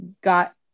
got